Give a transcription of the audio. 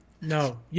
no